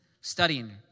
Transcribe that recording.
studying